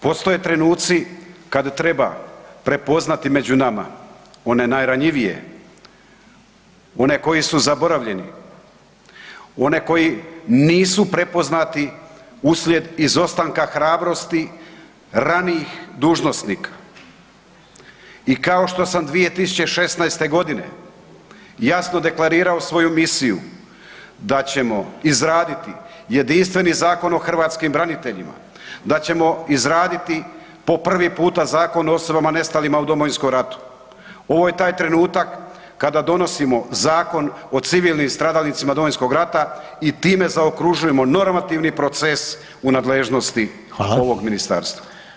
Postoje trenuci kad treba prepoznati među nama one najranjivije, one koji su zaboravljeni, one koji nisu prepoznati uslijed izostanka hrabrosti ranijih dužnosnika i kao što sam 2016. g. jasno deklarirao svoju misiju da ćemo izraditi jedinstveni zakon o hrvatskim braniteljima, da ćemo izraditi po prvi puta o osobama nestalima u Domovinskom ratu, ovo je taj trenutak kada donosim Zakon o civilnim stradalnicima Domovinskog rata i time zaokružujemo normativni proces u nadležnosti ovog ministarstva.